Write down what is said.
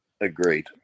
Agreed